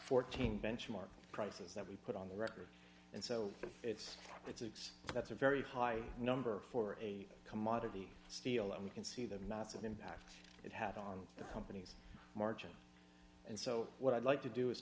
fourteen benchmark prices that we put on the record and so it's it's x that's a very high number for a commodity steel and you can see the massive impact it had on the company's margins and so what i'd like to do is